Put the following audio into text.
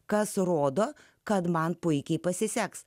kas rodo kad man puikiai pasiseks